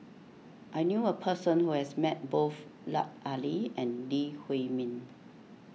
I knew a person who has met both Lut Ali and Lee Huei Min